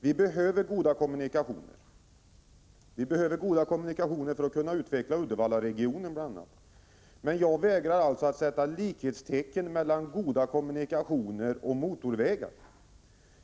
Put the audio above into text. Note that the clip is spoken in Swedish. Vi behöver goda kommunikationer, bl.a. för att kunna utveckla Uddevallaregionen. Men jag vägrar att sätta likhetstecken mellan goda kommunikationer och motorvägar.